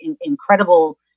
incredible